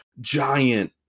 giant